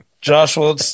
Joshua